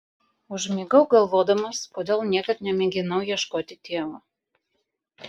užmigau galvodamas kodėl niekad nemėginau ieškoti tėvo